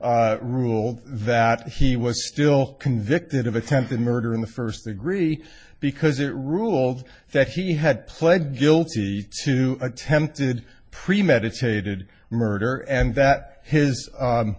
ruled that he was still convicted of attempted murder in the first degree because it ruled that he had pled guilty to attempted premeditated murder and that his